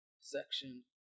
section